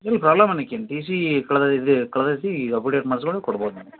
ಇಲ್ಲಿ ಪ್ರಾಬ್ಲಮನಕೇನು T C ಕಳೆದ್ ಕಳ್ದಿದೆ ಅಪುಡವಿಟ್ ಮಾಡಿಸ್ಕೊಂಡ್ ಕೊಡ್ಬೋದು ನೀವು